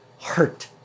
hurt